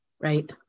right